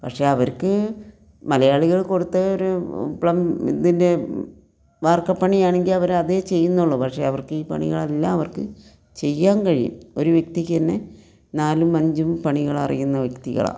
പക്ഷേ അവർക്ക് മലയാളികൾ കൊടുത്ത ഒരു ഇതിൻ്റെ വാർക്കപ്പണിയാണെങ്കിൽ അവർ അതേ ചെയ്യുന്നുള്ളൂ പക്ഷേ അവർക്ക് ഈ പണികളെല്ലാം അവർക്ക് ചെയ്യാൻ കഴിയും ഒരു വ്യക്തിക്ക് തന്നെ നാലും അഞ്ചും പണികൾ അറിയുന്ന വ്യക്തികളാണ്